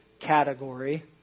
category